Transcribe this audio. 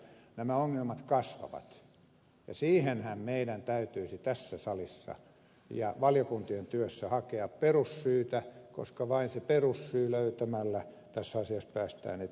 nämä ongelmat kasvavat ja siihenhän meidän täytyisi tässä salissa ja valiokuntien työssä hakea perussyytä koska vain sen perussyyn löytämällä tässä asiassa päästään eteenpäin